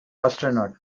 astronaut